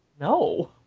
No